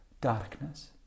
darkness